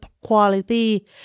quality